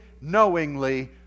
knowingly